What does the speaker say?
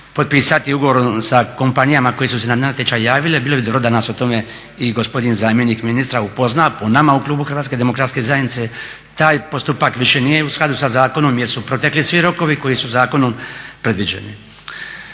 potpisati ugovor sa kompanijama koje su se na natječaj javile? Bilo bi dobro da nas o tome i gospodin zamjenik ministra upozna. Po nama u klubu Hrvatske demokratske zajednice taj postupak više nije u skladu sa zakonom jer su protekli svi rokovi koji su zakonom predviđeni.